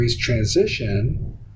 transition